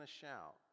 shout